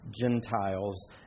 Gentiles